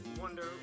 wonder